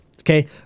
Okay